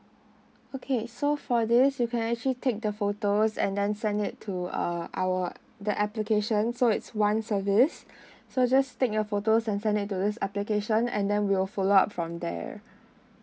okay so for this you can actually take the photos and then send it to uh our the application so it's one service so just take your photos and send it to this application and then we will follow up from there